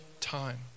time